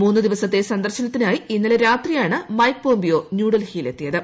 മൂന്നു ദിവസത്തെ സന്ദർശനത്തിനായി ഇന്നലെ രാത്രിയാണ് മൈക് പോംപിയോ ന്യൂഡൽഹിയിൽ എത്തിയത്